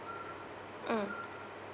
mm